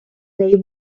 they